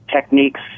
techniques